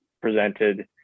presented